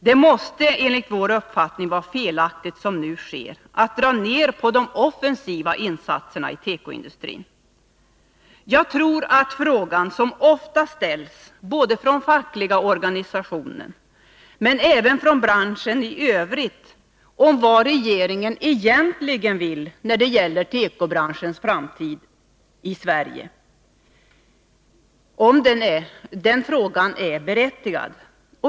Det måste, enligt vår uppfattning, vara felaktigt att, som nu sker, dra ner på de offensiva insatserna i tekoindustrin. Jag tror att frågan, som ofta ställs både från fackliga organisationer, men även från branschen i övrigt, om vad regeringen egentligen vill när det gäller tekobranschens framtid i Sverige, är berättigad.